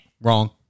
Wrong